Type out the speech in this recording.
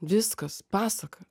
viskas pasaka